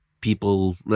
People